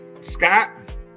Scott